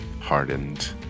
hardened